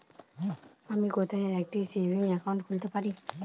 আমি কোথায় একটি সেভিংস অ্যাকাউন্ট খুলতে পারি?